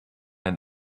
and